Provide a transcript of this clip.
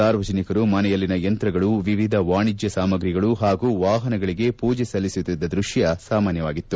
ಸಾರ್ವಜನಿಕರು ಮನೆಯಲ್ಲಿನ ಯಂತಗಳು ವಿವಿಧ ವಾಣಿಜ್ಯ ಸಾಮಗಿಗಳು ಹಾಗೂ ವಾಹನಗಳಿಗೆ ಪೂಜೆ ಸಲ್ಲಿಸುತ್ತಿದ್ದ ದ್ವತ್ತ ಸಾಮಾನ್ವವಾಗಿತ್ತು